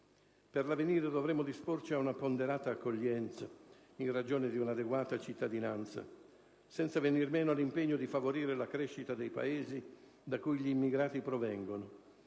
Per l'avvenire dovremo disporci a una ponderata accoglienza in ragione di un'adeguata cittadinanza, senza venir meno all'impegno di favorire la crescita dei Paesi da cui gli immigrati provengono;